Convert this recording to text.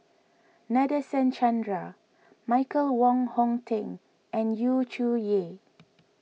Nadasen Chandra Michael Wong Hong Teng and Yu Zhuye